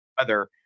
weather